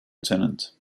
tenant